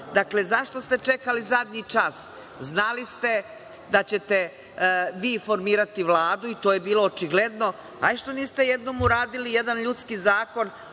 Vlada. Dakle, zašto ste čekali zadnji čas? Znali ste da ćete vi formirati Vladu i to je bilo očigledno, ajde što niste jednom uradili jedan ljudski zakon,